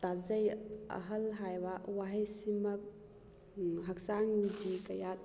ꯇꯥꯖꯩ ꯑꯍꯜ ꯍꯥꯏꯕ ꯋꯥꯍꯩꯁꯤꯃꯛ ꯍꯛꯆꯥꯡꯒꯤ ꯀꯌꯥꯠ